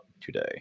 today